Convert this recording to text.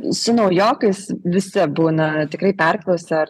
su naujokais visi būna tikrai perklausia ar